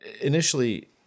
initially